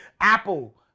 Apple